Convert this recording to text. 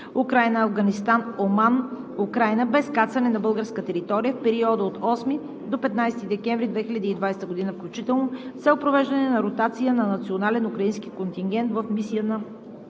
Украйна – Афганистан – Оман – Украйна, без кацане на българска територия в периода от 8 до 15 декември 2020 г. включително с цел провеждане на ротация на национален украински контингент в мисия на